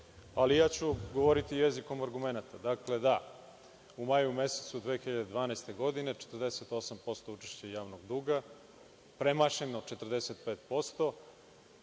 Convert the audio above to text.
ali ja ću govoriti jezikom argumenata. Dakle, da, u maju mesecu 2012. godine, 48% učešća javnog duga, premašeno 45%